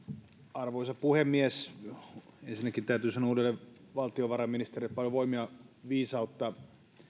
arvoisa puhemies ensinnäkin täytyy sanoa uudelle valtiovarainministerille paljon voimia viisautta